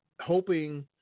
hoping